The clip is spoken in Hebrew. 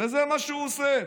וזה מה שהוא עושה.